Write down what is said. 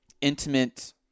intimate